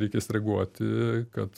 reikės reaguoti kad